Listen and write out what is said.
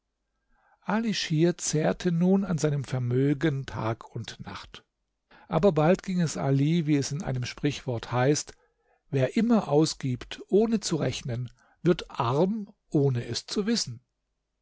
ali schir zehrte nun an seinem vermögen tag und nacht aber bald ging es ali wie es in einem sprichwort heißt wer immer ausgibt ohne zu rechnen wird arm ohne es zu wissen